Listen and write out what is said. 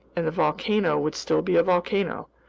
and the volcano would still be a volcano.